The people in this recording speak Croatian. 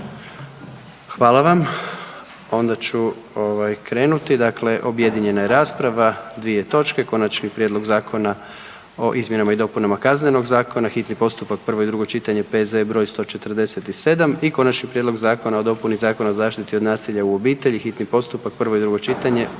Hvala vam. Onda ću ovaj, krenuti, dakle, objedinjena je rasprava, dvije točke: ¬- Konačni prijedlog zakona o izmjenama i dopunama Kaznenog zakona, hitni postupak, prvo i drugo čitanje, P.Z.E. br. 147 - Konačni prijedlog zakona o dopuni Zakona o zaštiti od nasilja u obitelji, hitni postupak, prvo i drugo čitanje,